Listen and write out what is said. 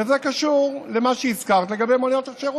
וזה קשור למה שהזכרת לגבי מוניות השירות.